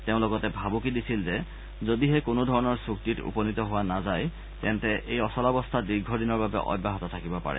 তেওঁ লগতে ভাবুকি দিছিল যে যদিহে কোনো ধৰণৰ চুক্তিত উপনীত হোৱা নাযায় তেন্তে এই অচলাৱস্থা দীৰ্ঘদিনৰ বাবে অব্যাহত থাকিব পাৰে